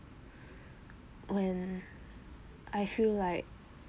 when I feel like